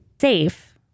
safe